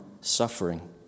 suffering